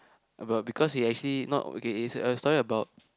but because he actually not okay it's a story about